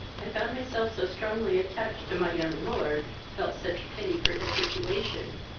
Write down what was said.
i found myself so strongly attached to my young lord, felt such pity for his situation,